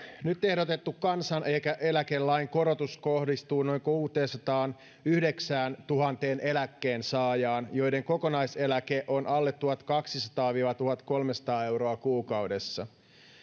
nyt ehdotettu kansaneläkelain korotus kohdistuu noin kuuteensataanyhdeksääntuhanteen eläkkeensaajaan joiden kokonaiseläke on alle tuhatkaksisataa viiva tuhatkolmesataa euroa kuukaudessa